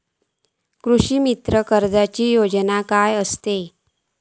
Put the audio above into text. कृषीमित्र कर्जाची योजना काय असा?